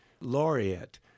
laureate